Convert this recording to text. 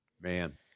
Man